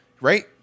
Right